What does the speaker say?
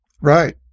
Right